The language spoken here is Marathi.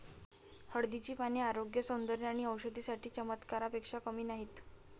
हळदीची पाने आरोग्य, सौंदर्य आणि औषधी साठी चमत्कारापेक्षा कमी नाहीत